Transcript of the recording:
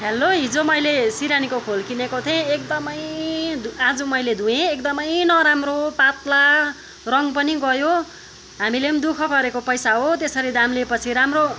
hello हिजो मैले सिरानीको खोल किनेको थिएँ एकदमै धो आज मैले धोएँ एकदमै नराम्रो पातला रङ पनि गयो हामीले पनि दुःख गरेको पैसा हो त्यसरी दाम लिएपछि राम्रो